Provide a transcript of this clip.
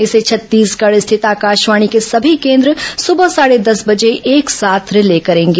इसे छत्तीसगढ़ स्थित आकाशवाणी के सभी केन्द्र सुबह साढे दस बर्जे एक साथ रिले करेंगे